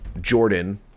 Jordan